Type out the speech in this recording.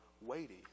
weighty